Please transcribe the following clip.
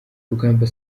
rugamba